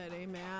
Amen